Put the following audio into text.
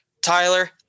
Tyler